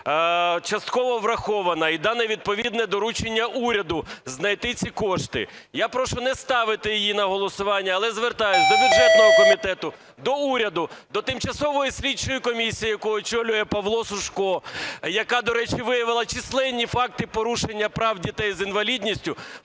частково врахована і дано відповідне доручення уряду знайти ці кошти, я прошу не ставити її на голосування. Але звертаюсь до бюджетного комітету, до уряду, до тимчасової слідчої комісії, яку очолює Павло Сушко, яка, до речі, виявила численні факти порушення прав дітей з інвалідністю,